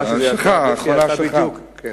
מוכן לפעול שההחזרים, שההתחשבנות תהיה